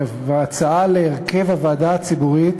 היא ההצעה להרכב הוועדה הציבורית